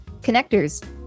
Connectors